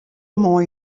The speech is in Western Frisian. moarn